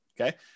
Okay